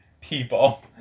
people